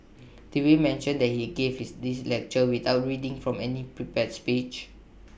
did we mention that he gave his this lecture without reading from any prepared speech